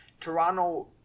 Toronto